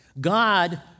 God